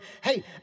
hey